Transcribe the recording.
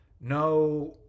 no